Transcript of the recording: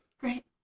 Great